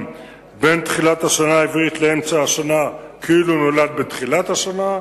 בין תחילת השנה העברית לאמצע השנה כאילו נולד בתחילת השנה,